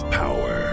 power